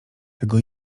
tego